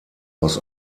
aus